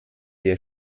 der